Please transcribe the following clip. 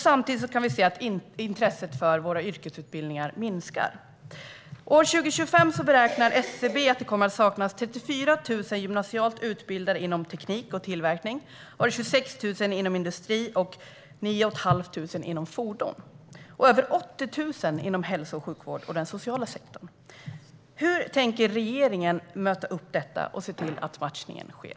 Samtidigt kan vi se att intresset för våra yrkesutbildningar minskar. År 2025 beräknar SCB att det kommer att saknas 34 000 gymnasialt utbildade inom teknik och tillverkning, varav 26 000 inom industri. Det kommer att saknas 9 1⁄2 tusen inom fordon och över 80 000 inom hälso och sjukvård och den sociala sektorn. Hur tänker regeringen möta upp detta och se till att matchningen sker?